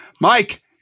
Mike